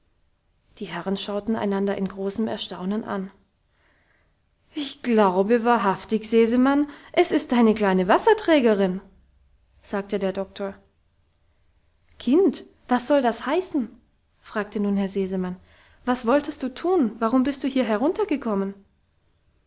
die herren schauten einander in großem erstaunen an ich glaube wahrhaftig sesemann es ist deine kleine wasserträgerin sagte der doktor kind was soll das heißen fragte nun herr sesemann was wolltest du tun warum bist du hier heruntergekommen